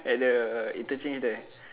at the interchange there